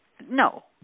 no